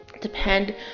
depend